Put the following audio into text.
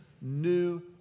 new